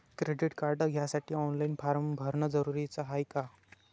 Credit card घ्यासाठी online form भरन जरुरीच हाय का?